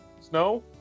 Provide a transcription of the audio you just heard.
snow